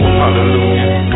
hallelujah